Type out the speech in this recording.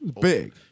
Big